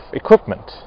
equipment